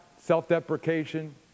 self-deprecation